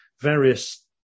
various